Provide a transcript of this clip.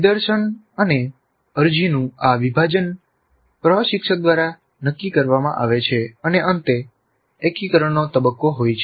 નિદર્શન અને અરજીનું આ વિભાજન પ્રશિક્ષક દ્વારા નક્કી કરવામાં આવે છે અને અંતે એકીકરણનો તબક્કો હોય છે